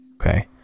Okay